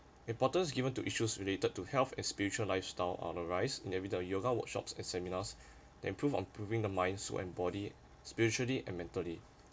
reporters given to issues related to health and spiritual lifestyle are on the rise yoga workshops and seminars and improve on proving the minds when body spiritually mentally